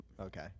Okay